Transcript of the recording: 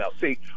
See